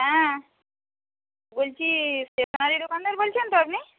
হ্যাঁ বলছি স্টেশনারি দোকানদার বলছেন তো আপনি